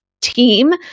Team